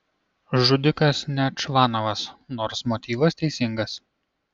žudikas ne čvanovas nors motyvas teisingas